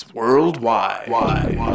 worldwide